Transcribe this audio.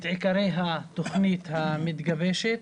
את עיקרי התוכנית המתגבשת,